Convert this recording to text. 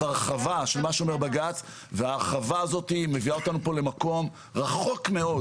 ההרחבה הזאת מביאה אותנו למקום רחוק מאוד